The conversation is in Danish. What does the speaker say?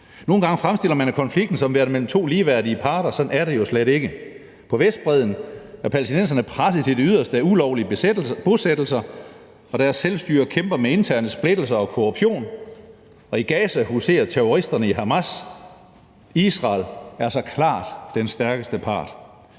Nogle gange fremstiller man konflikten som værende mellem to ligeværdige parter. Sådan er det jo slet ikke. På Vestbredden er palæstinenserne presset til det yderste af ulovlige bosættelser, og deres selvstyre kæmper med interne splittelser og korruption, og i Gaza huserer terroristerne i Hamas. Israel er så klart den stærkeste part.